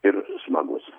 ir smagus